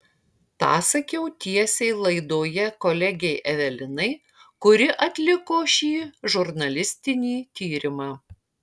tą sakiau tiesiai laidoje kolegei evelinai kuri atliko šį žurnalistinį tyrimą